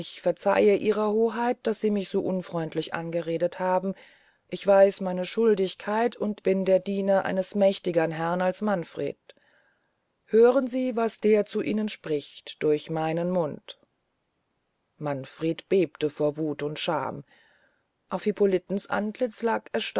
verzeihe ihrer hoheit daß sie mich so unfreundlich angeredet haben ich weiß meine schuldigkeit und bin der diener eines mächtigern herrn als manfred hören sie was der zu ihnen spricht durch meinen mund manfred bebte vor wuth und schaam auf hippolitens antlitz lag